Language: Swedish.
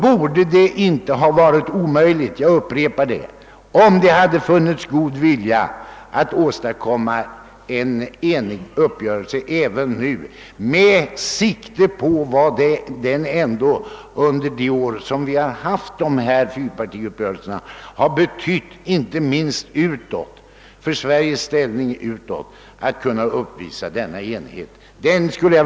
Borde det då inte ha varit möjligt, om man haft litet god vilja, att träffa en uppgörelse med sikte på vad enigheten ändå har betytt för Sveriges ställning utåt under de år vi har haft fyrpartiuppgörelserna?